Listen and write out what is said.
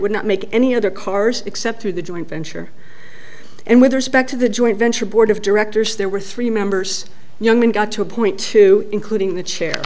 would not make any other cars except through the joint venture and with respect to the joint venture board of directors there were three members young men got to appoint two including the chair